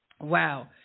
Wow